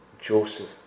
Joseph